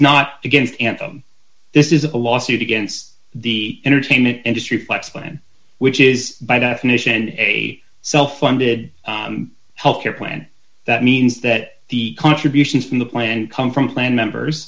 not against anthem this is a lawsuit against the entertainment industry flacks plan which is by definition a self funded health care plan that means that the contributions from the plan come from plan members